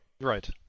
Right